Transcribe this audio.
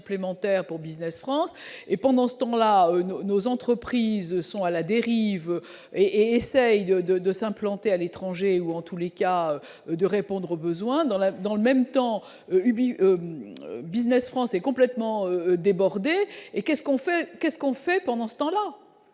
pour Business France et pendant ce temps-là, nos entreprises sont à la dérive et essaye de, de, de s'implanter à l'étranger ou en tous les cas de répondre aux besoins dans la, dans le même temps, Ubi Business France est complètement débordés et qu'est-ce qu'on fait qu'est-ce qu'on